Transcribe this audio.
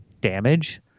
damage